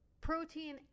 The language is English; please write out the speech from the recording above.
protein